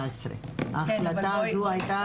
זאת אומרת הייתה